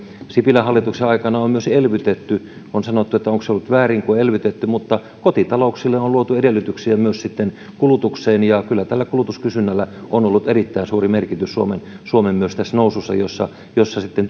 sipilän hallituksen aikana on myös elvytetty on kysytty onko se ollut väärin kun on elvytetty mutta kotitalouksille on on luotu edellytyksiä myös sitten kulutukseen ja kyllä tällä kulutuskysynnällä on ollut erittäin suuri merkitys myös tässä suomen nousussa jossa jossa sitten